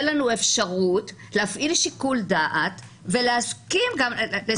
לנו אפשרות להפעיל שיקול דעת ולהסכים גם לסמכותו של בית הדין.